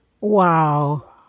Wow